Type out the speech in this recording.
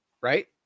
right